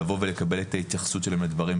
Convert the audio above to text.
לבוא ולקבל את ההתייחסות שלהם לדברים,